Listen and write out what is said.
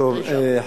בבקשה.